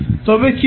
তবে কী হবে